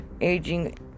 aging